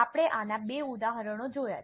આપણે આના બે ઉદાહરણો જોયા છે